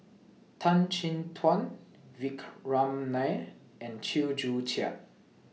Tan Chin Tuan Vikram Nair and Chew Joo Chiat